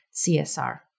csr